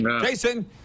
Jason